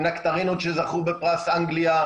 עם נקטרינות שזכו בפרס אנגליה,